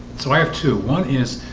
so i have to one is